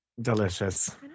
delicious